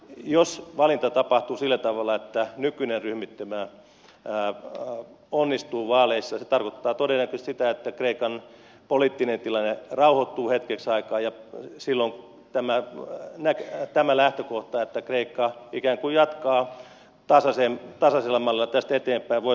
jos valinta tapahtuu sillä tavalla että nykyinen ryhmittymä onnistuu vaaleissa se tarkoittaa todennäköisesti sitä että kreikan poliittinen tilanne rauhoittuu hetkeksi aikaa ja silloin tämä lähtökohta että kreikka ikään kuin jatkaa tasaisella mallilla tästä eteenpäin voi toteutua